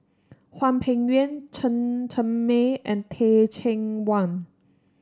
Hwang Peng Yuan Chen Cheng Mei and Teh Cheang Wan